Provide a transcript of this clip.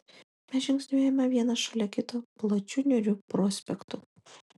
mes žingsniuojame vienas šalia kito plačiu niūriu prospektu